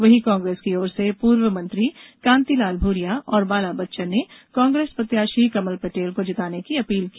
पहीं कांग्रेस की ओर से पूर्व मंत्री कांतिलाल भूरिया बाला बच्चन ने कांग्रेस प्रत्याशी कमल पटेल को जिताने की अपील की